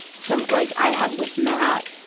some, like, i ha, with matt,